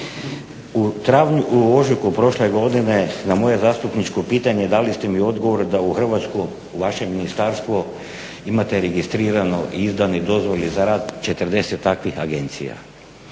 U ožujku prošle godine na moje zastupničko pitanje dali ste mi odgovor da u Hrvatsku u vaše ministarstvo imate registrirano i izdane dozvole za rad 40 takvih agencija.